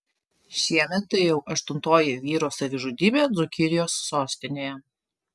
šiemet tai jau aštuntoji vyro savižudybė dzūkijos sostinėje